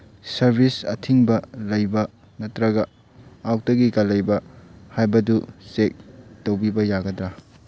service ꯑꯊꯤꯡꯕ ꯂꯩꯕ ꯅꯠꯇ꯭ꯔꯒ ꯑꯥꯎꯠꯇꯦꯖꯀ ꯂꯩꯕ꯭ꯔ ꯍꯥꯏꯕꯗꯨ ꯆꯦꯛ ꯇꯧꯕꯤꯕ ꯌꯥꯒꯗ꯭ꯔ